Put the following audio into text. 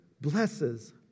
blesses